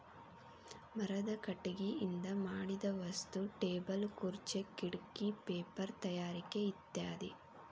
ಮರದ ಕಟಗಿಯಿಂದ ಮಾಡಿದ ವಸ್ತು ಟೇಬಲ್ ಖುರ್ಚೆ ಕಿಡಕಿ ಪೇಪರ ತಯಾರಿಕೆ ಇತ್ಯಾದಿ